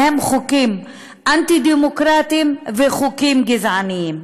והם חוקים אנטי-דמוקרטיים וחוקים גזעניים.